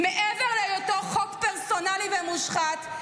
מעבר להיותו חוק פרסונלי ומושחת,